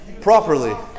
Properly